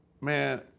man